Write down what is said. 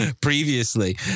previously